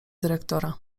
dyrektora